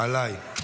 עליי.